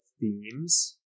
themes